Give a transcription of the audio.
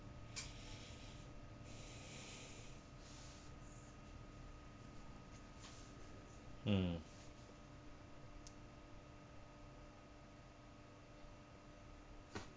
mm